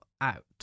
out